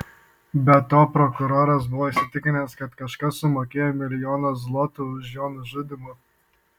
be to prokuroras buvo įsitikinęs kad kažkas sumokėjo milijoną zlotų už jo nužudymą